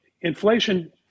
inflation